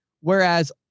Whereas